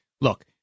Look